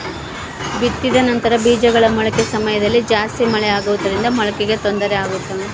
ಬಿತ್ತಿದ ನಂತರ ಬೇಜಗಳ ಮೊಳಕೆ ಸಮಯದಲ್ಲಿ ಜಾಸ್ತಿ ಮಳೆ ಆಗುವುದರಿಂದ ಮೊಳಕೆಗೆ ತೊಂದರೆ ಆಗುತ್ತಾ?